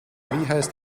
heißt